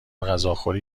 غذاخوری